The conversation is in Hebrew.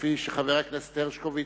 כפי שחבר הכנסת הרשקוביץ,